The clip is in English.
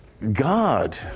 God